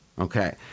Okay